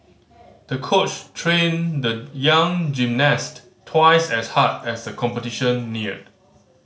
the coach trained the young gymnast twice as hard as the competition neared